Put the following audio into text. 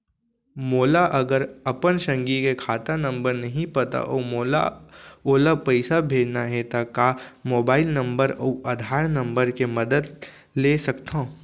मोला अगर अपन संगी के खाता नंबर नहीं पता अऊ मोला ओला पइसा भेजना हे ता का मोबाईल नंबर अऊ आधार नंबर के मदद ले सकथव?